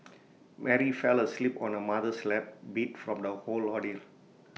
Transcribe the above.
Mary fell asleep on her mother's lap beat from the whole ordeal